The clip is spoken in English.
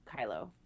Kylo